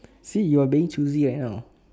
see you're being choosy anyhow